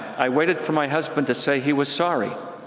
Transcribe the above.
i waited for my husband to say he was sorry.